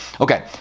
Okay